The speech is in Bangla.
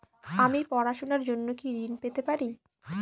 আমি পড়াশুনার জন্য কি ঋন পেতে পারি?